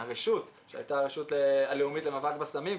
הרשות שהייתה הרשות הלאומית למאבק בסמים,